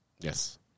Yes